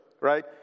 right